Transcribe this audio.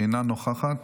אינה נוכחת,